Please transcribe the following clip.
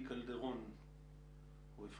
האם